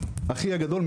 אחי הגדול,